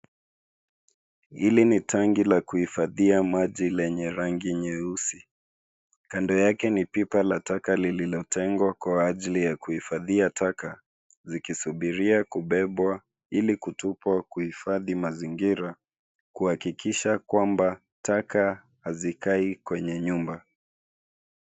Hili ni tanki la kuhifadhia maji lenye rangi nyeusi. Kando yakke ni pipa nyeusi la taka lililotengwa kwa ajili ya kuhifadhia taka zikisubiria kubebwa ili kutupa kuhifadhi mazingira kuhakikisha kwamba taka hazikai kwenye nyumba.